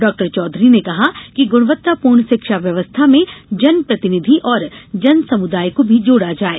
डॉ चौधरी ने कहा कि गुणवत्तापूर्ण शिक्षा व्यवस्था में जनप्रतिनिधि और जनसमुदाय को भी जोड़ा जाये